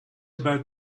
about